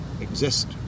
exist